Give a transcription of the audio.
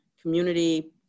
community